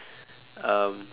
um